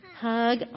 hug